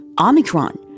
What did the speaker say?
Omicron